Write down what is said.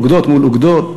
אוגדות מול אוגדות.